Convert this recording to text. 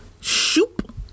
shoop